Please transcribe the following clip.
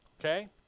Okay